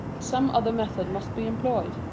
some other method must be employed.